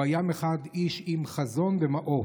הוא היה מחד גיסא איש עם חזון ומעוף,